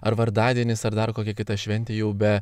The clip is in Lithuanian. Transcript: ar vardadienis ar dar kokia kita šventė jau be